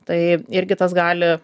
tai irgi tas gali